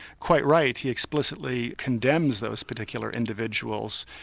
quite right. he explicitly condemns those particular individuals,